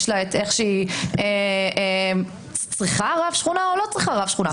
איך שהיא צריכה רב שכונה או לא צריכה רב שכונה.